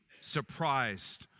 surprised